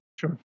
Sure